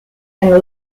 and